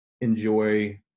enjoy